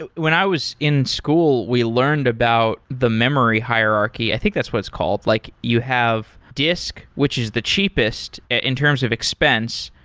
when i was in school, we learned about the memory hierarchy. i think that's what it's called. like you have disk, which is the cheapest in terms of expense,